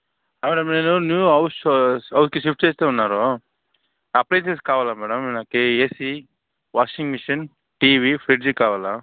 అవును మీరు new house హౌస్కి షిఫ్ట్ చేస్తున్నారు అప్లైన్సెస్ కావాలి మేడం నాకు AC washing machine TV fridge కావాలి